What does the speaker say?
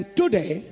today